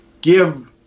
give